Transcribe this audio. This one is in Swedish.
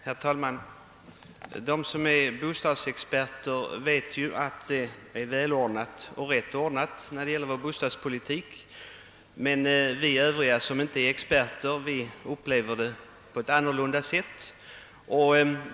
Herr talman! De som är bostadsexperter vet ju att bostadspolitiken är väl planerad och rätt ordnad, men vi övriga, som inte är experter, upplever den på ett annat sätt.